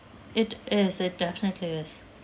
it is it definitely is